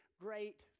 great